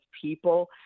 people